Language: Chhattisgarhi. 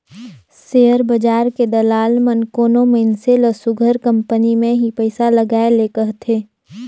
सेयर बजार के दलाल मन कोनो मइनसे ल सुग्घर कंपनी में ही पइसा लगाए ले कहथें